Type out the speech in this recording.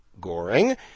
goring